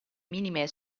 minime